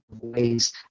ways